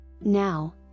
Now